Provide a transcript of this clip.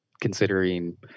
considering